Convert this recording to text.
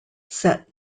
set